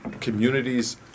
Communities